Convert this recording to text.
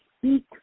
speak